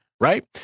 right